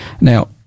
Now